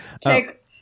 Take